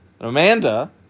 Amanda